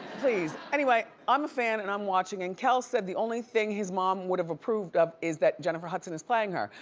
please, anyway, i'm a fan and i'm watching and kel said the only thing his mom would have approved of is that jennifer hudson is playing her.